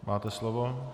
Máte slovo.